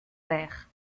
verts